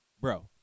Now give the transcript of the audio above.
Bro